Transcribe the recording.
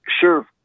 Sure